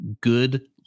good